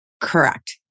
Correct